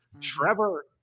Trevor